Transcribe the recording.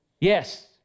Yes